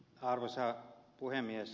arvoisa puhemies